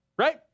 Right